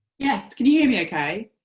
yes, can you hear me ok?